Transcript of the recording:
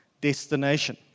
destination